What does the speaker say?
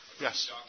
Yes